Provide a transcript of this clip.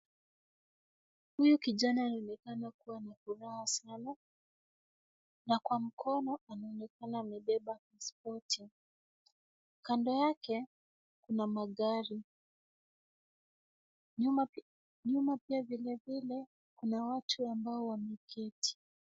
Huyu kijana anaonekana kuwa na furaha sana na kwa mkono anaonekana amebeba pasipoti. Kando yake kuna magari. Nyuma pia vile vile kuna watu ambao wameketi.